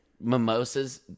Mimosas